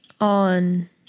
on